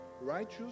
righteous